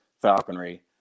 falconry